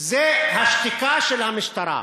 זו השתיקה של המשטרה.